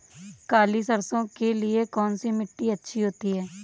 काली सरसो के लिए कौन सी मिट्टी अच्छी होती है?